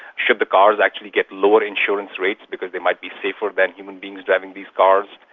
should the cars actually get lower insurance rates because they might be safer than human beings driving these cars?